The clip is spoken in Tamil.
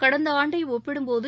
கடந்த ஆண்டை ஒப்பிடும்போது